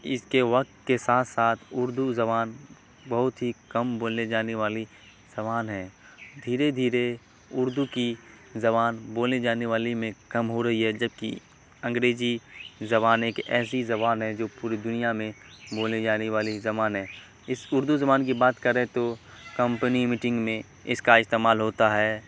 اس کے وقت کے ساتھ ساتھ اردو زبان بہت ہی کم بولے جانے والی زبان ہے دھیرے دھیرے اردو کی زبان بولنے جانے والی میں کم ہو رہی ہے جبکہ انگریزی زبان ایک ایسی زبان ہے جو پوری دنیا میں بولی جانے والی زبان ہے اس اردو زبان کی بات کریں تو کمپنی میٹنگ میں اس کا استعمال ہوتا ہے